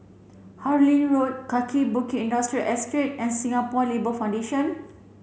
Harlyn Road Kaki Bukit Industrial Estate and Singapore Labour Foundation